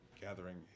gathering